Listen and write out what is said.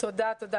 תודה, תודה.